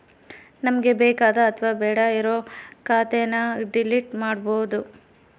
ನಮ್ಗೆ ಬೇಕಾದ ಅಥವಾ ಬೇಡ್ಡೆ ಇರೋ ಖಾತೆನ ಡಿಲೀಟ್ ಮಾಡ್ಬೋದು